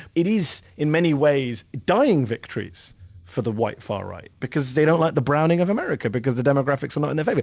it is in many ways dying victories for the white far right, because they don't like the browning of america, because the demographics are not in their favor.